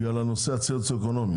בגלל הנושא הסוציואקונומי,